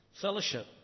Fellowship